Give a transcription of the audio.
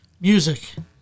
music